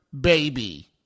baby